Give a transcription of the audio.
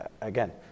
again